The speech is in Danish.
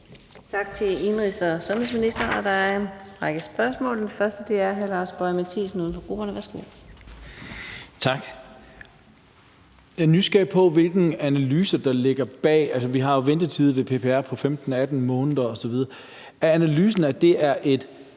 efter at høre, hvilken analyse der ligger bag, altså, vi har jo en ventetid ved PPR på 15-18 måneder osv. Er analysen, at det er et